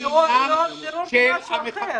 טרור זה משהו אחר.